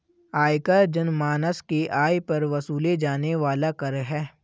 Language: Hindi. आयकर जनमानस के आय पर वसूले जाने वाला कर है